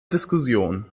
diskussion